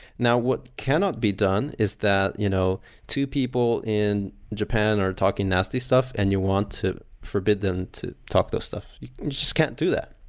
now, what cannot be done is that you know two people in japan are talking nasty stuff and you want to forbid them to talk those stuff. you just can't do that.